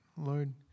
Lord